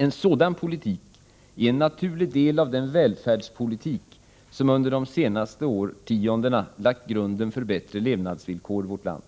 En sådan politik är en naturlig del av den välfärdspolitik som under de senaste årtiondena lagt grunden för bättre levnadsvillkor i vårt land.”